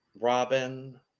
Robin